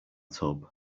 tub